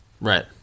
Right